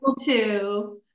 two